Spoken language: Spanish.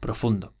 profundo